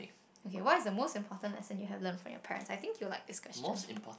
okay what is the most important lesson you have learned from your parents I think you would like this question